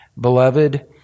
Beloved